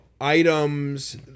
Items